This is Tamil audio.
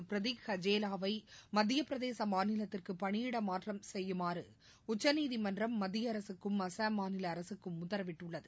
பிரதிக் ஹஜேவாவைமத்தியப் பிரதேசமாநிலத்திற்குபணியிடமாற்றம் செய்யுமாறுஉச்சநீதிமன்றம் மத்தியஅரசுக்கும் அசாம் மாநிலஅரசுக்கும் உத்தரவிட்டுள்ளது